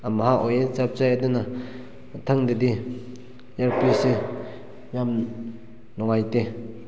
ꯑꯝꯍꯥ ꯑꯣꯏꯌꯦ ꯆꯞ ꯆꯥꯏ ꯑꯗꯨꯅ ꯃꯊꯪꯗꯗꯤ ꯏꯌꯥꯔꯄꯤꯁꯁꯦ ꯌꯥꯝ ꯅꯨꯡꯉꯥꯏꯇꯦ